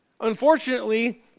Unfortunately